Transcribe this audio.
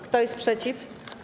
Kto jest przeciw?